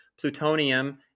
Plutonium